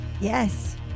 Yes